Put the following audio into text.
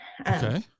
Okay